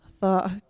thought